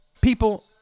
people